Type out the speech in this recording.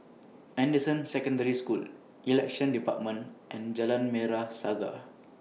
Anderson Secondary School Elections department and Jalan Merah Saga